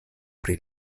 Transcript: pri